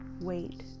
Wait